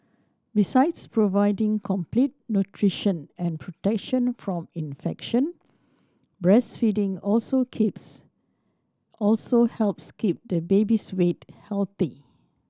besides providing complete nutrition and protection from infection breastfeeding also keeps also helps keep the baby's weight healthy